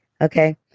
Okay